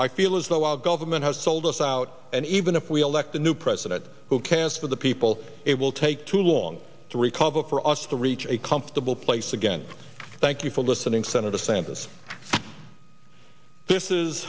i feel as though our government has sold us out and even if we elect a new president who can't for the people it will take too long to recover for us to reach a comfortable place again thank you for listening senator sanders this is